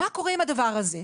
מה קורה עם הדבר הזה?